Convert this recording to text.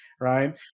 Right